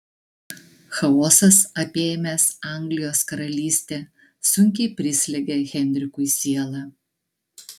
chaosas apėmęs anglijos karalystę sunkiai prislegia henrikui sielą